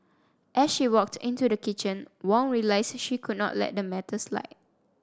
as she walked into the kitchen Wong realized she could not let the matter slide